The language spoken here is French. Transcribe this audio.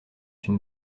une